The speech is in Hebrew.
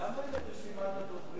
למה אין רשימת הדוברים במחשב?